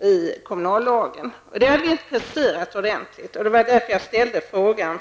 i kommunallagen. Det hade vi inte preciserar ordentligt, och det det var därför jag ställde frågan.